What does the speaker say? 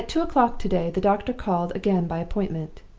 at two o'clock to-day the doctor called again by appointment.